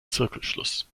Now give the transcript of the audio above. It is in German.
zirkelschluss